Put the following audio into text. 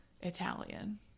italian